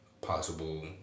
possible